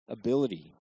ability